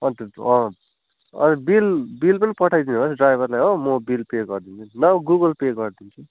अँ bill bill पनि पठाइदिनुहोस् न ड्राइभरलाई हो म बिल पे गरिदिन्छु नि नभए गुगल पे गरिदिन्छु